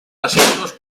asientos